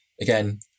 again